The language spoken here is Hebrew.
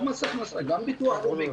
גם ביטוח לאומי,